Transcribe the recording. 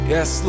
Yes